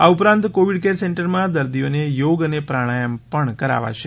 આ ઉપરાંત covid care સેન્ટરમાં દર્દીઓને યોગ અને પ્રાણાયામ પણ કરાવાશે